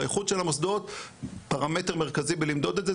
והייחוד של המוסדות פרמטר מרכזי בלמדוד את זה,